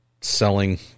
selling